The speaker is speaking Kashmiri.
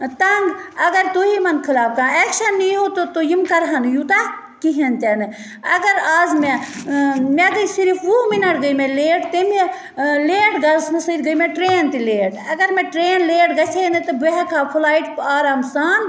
تَنٛگ اگر تُہۍ یِمَن خٕلاف کانٛہہ اٮ۪کشَن نی ہوٗ تہٕ تُہۍ یِم کَرہَن نہٕ یوٗتاہ کِہیٖنۍ تہِ نہٕ اَگَر آز مےٚ مےٚ گٔے صرف وُہ مِنَٹ گٔے مےٚ لیٹ تَمہِ لیٹ گَژھنہٕ سۭتۍ گٔے مےٚ ٹرٛین تہِ لیٹ اگر مےٚ ٹرٛین لیٹ گَژھے نہٕ تہٕ بہٕ ہٮ۪کہٕ ہَہ فٕلایِٹ آرام سان